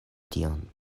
tion